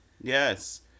Yes